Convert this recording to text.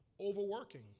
overworking